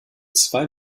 zwei